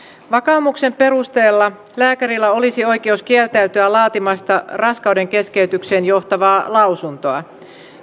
vakaumuksen perusteella lääkärillä olisi oikeus kieltäytyä laatimasta raskaudenkeskeytykseen johtavaa lausuntoa